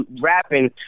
rapping